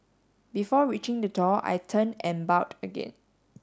before reaching the door I turned and bowed again